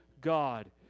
God